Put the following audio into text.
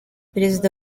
perezida